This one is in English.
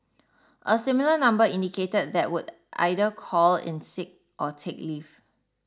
a similar number indicated that would either call in sick or take leave